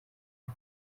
aho